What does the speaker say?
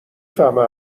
فهمه